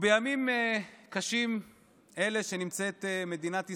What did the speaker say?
בימים קשים אלה שבהם נמצאת מדינת ישראל,